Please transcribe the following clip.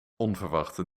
onverwachte